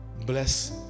bless